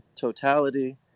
totality